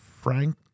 Frank